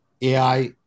AI